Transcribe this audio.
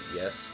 yes